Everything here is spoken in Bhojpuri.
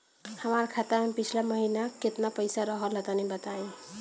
हमार खाता मे पिछला महीना केतना पईसा रहल ह तनि बताईं?